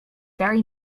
very